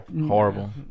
Horrible